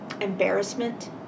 embarrassment